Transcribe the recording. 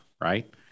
right